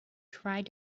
tried